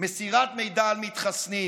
מסירת מידע על מתחסנים.